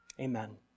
Amen